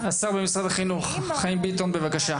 השר במשרד החינוך, חיים ביטון, בבקשה.